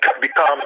become